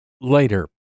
later